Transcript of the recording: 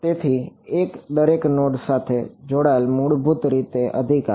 તેથી એક દરેક નોડ સાથે જોડાયેલ મૂળભૂત રીતે અધિકાર